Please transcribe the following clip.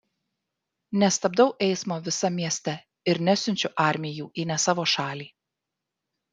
nestabdau eismo visam mieste ir nesiunčiu armijų į ne savo šalį